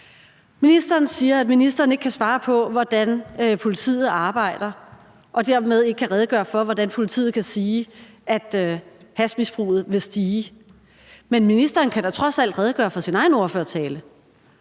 Ministeren siger, at ministeren ikke kan svare på, hvordan politiet arbejder, og dermed ikke kan redegøre for, hvordan politiet kan sige, at hashmisbruget vil stige. Men ministeren kan da trods alt redegøre for sin egen ministertale.